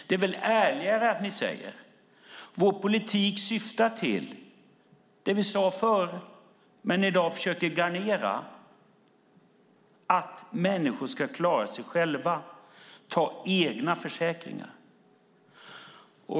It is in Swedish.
Det är väl ärligare att ni säger att er politik syftar till det som ni sade förr men som ni i dag försöker garnera, nämligen att människor ska klara sig själva och ta egna försäkringar?